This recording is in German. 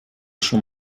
schon